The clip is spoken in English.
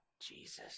Jesus